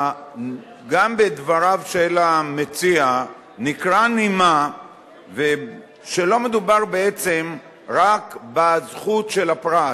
בדבריו של המציע ניכרה נימה שלא מדובר בעצם רק בזכות של הפרט,